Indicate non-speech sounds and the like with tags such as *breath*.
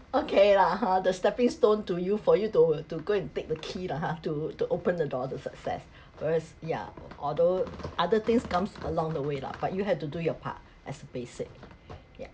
okay lah ha the stepping stone to you for you to to go and take the key lah ha to to open the door to success *breath* whereas yeah although other things comes along the way lah but you have to do your part as a basic yeah